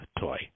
toy